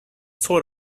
sort